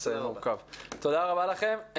תודה רבה לכם.